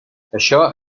això